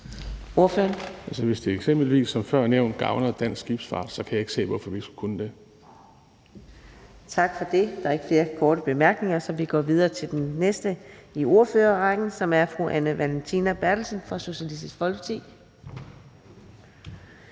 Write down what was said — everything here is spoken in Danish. Hvis det eksempelvis som før nævnt gavner dansk skibsfart, kan jeg ikke se, hvorfor vi ikke skulle kunne det. Kl. 18:48 Fjerde næstformand (Karina Adsbøl): Tak for det. Der er ikke flere korte bemærkninger, så vi går videre til den næste i ordførerrækken, som er fru Anne Valentina Berthelsen fra Socialistisk Folkeparti.